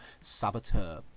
Saboteur